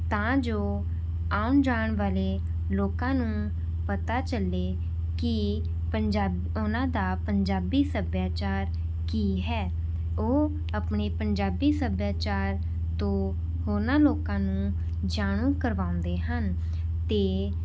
ਤਾਂ ਜੋ ਆਉਣ ਜਾਣ ਵਾਲੇ ਲੋਕਾਂ ਨੂੰ ਪਤਾ ਚੱਲੇ ਕਿ ਪੰਜਾਬ ਉਹਨਾਂ ਦਾ ਪੰਜਾਬੀ ਸੱਭਿਆਚਾਰ ਕੀ ਹੈ ਉਹ ਆਪਣੇ ਪੰਜਾਬੀ ਸੱਭਿਆਚਾਰ ਤੋਂ ਉਹਨਾਂ ਲੋਕਾਂ ਨੂੰ ਜਾਣੂ ਕਰਵਾਉਂਦੇ ਹਨ ਅਤੇ